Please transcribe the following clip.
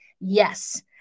Yes